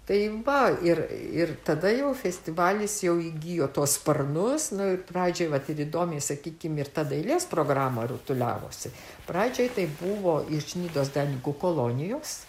tai va ir ir tada jau festivalis jau įgijo tuos sparnus nu pradžioj vat ir įdomiai sakykim ir ta dailės programa rutuliavosi pradžioje tai buvo iš nidos dailininkų kolonijos